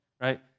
right